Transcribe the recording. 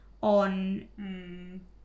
on